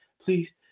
please